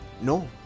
no